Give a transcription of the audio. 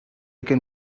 can